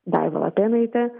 daiva lapėnaitė